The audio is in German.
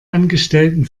angestellten